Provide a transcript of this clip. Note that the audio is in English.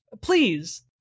Please